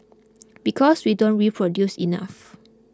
because we don't reproduce enough